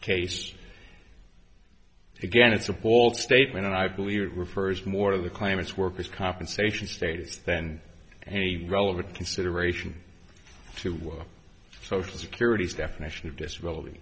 case again it's a bold statement and i believe it refers more to the claimants workers compensation status than a relevant consideration to social security's definition of disability